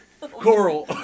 coral